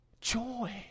Joy